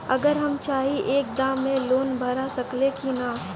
अगर हम चाहि त एक दा मे लोन भरा सकले की ना?